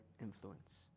influence